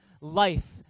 life